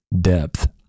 depth